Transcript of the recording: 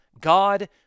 God